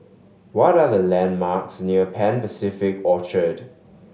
what are the landmarks near Pan Pacific Orchard